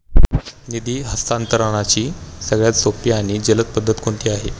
निधी हस्तांतरणाची सगळ्यात सोपी आणि जलद पद्धत कोणती आहे?